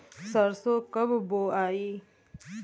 सरसो कब बोआई?